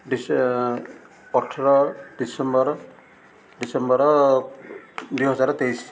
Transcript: ଅଠର December December ଦୁଇ ହଜାର ତେଇଶି